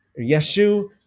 Yeshu